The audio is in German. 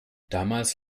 damals